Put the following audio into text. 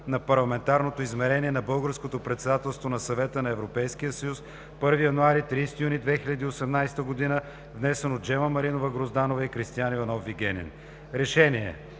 на Парламентарното измерение на Българското председателство на Съвета на Европейския съюз, 1 януари – 30 юни 2018 г., внесен от Джема Маринова Грозданова и Кристиан Иванов Вигенин: РЕШЕНИЕ